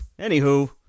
anywho